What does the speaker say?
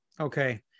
Okay